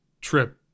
trip